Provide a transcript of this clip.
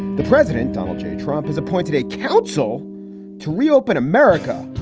the president, donald j trump has appointed a counsel to reopen america.